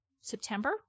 September